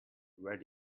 where